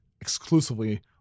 exclusively